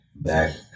back